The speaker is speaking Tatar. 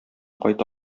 кайта